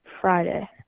Friday